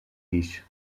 guix